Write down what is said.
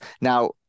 Now